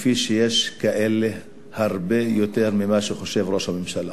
ויש כאלה הרבה יותר ממה שחושב ראש הממשלה.